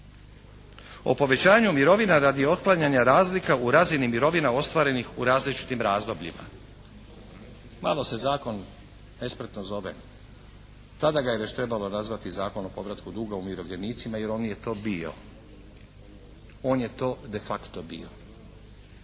o povećanju mirovina radi otklanjanja razlika u razini mirovina ostvarenih u različitim razdobljima. Malo se zakon nespretno zove. Tada ga je već trebalo nazvati Zakon o povratu duga umirovljenicima jer on je to bio, on je to de facto bio.